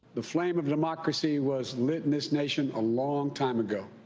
the flame of democracy was lit in this nation a long time ago,